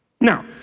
Now